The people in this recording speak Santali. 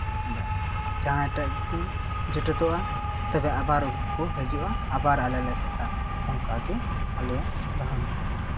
ᱟᱫᱚ ᱡᱟᱦᱟᱸᱭ ᱴᱟᱜ ᱠᱚ ᱡᱚᱴᱮᱫᱚᱜᱼᱟ ᱛᱚᱵᱮ ᱟᱵᱟᱨ ᱩᱱᱠᱚ ᱠᱚᱠᱚ ᱦᱤᱡᱩᱜᱼᱟ ᱟᱵᱟᱨ ᱟᱞᱮ ᱞᱮ ᱮᱥᱮᱫᱟ ᱚᱱᱠᱟ ᱜᱮ ᱟᱞᱮᱭᱟᱜ ᱫᱚᱨᱚᱱ